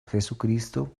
jesucristo